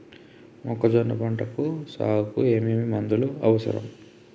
మొక్కజొన్న పంట సాగుకు ఏమేమి మందులు అవసరం?